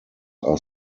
are